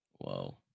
Whoa